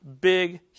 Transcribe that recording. big